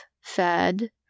fed